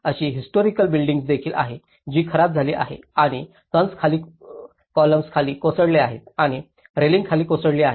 अशी historic buildings देखील आहे जी खराब झाली आहे आणि कंस खाली कोसळले आहेत आणि रेलिंग खाली कोसळली आहे